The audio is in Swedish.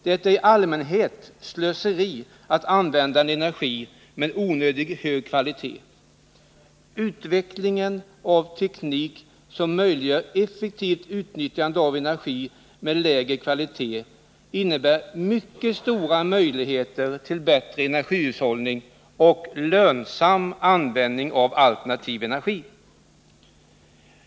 Det är i allmänhet slöseri att använda en energiform med onödigt hög kvalitet. Utvecklingen av teknik som möjliggör effektivt utnyttjande av energi med lägre kvalitet innebär mycket stora möjligheter till bättre energihushållning och lönsam användning av alternativ energi.